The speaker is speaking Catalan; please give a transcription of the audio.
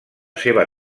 seva